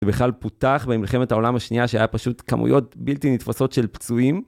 בכלל פותח במלחמת העולם השנייה שהיה פשוט כמויות בלתי נתפסות של פצועים.